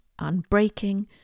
unbreaking